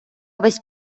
весь